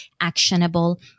actionable